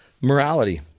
morality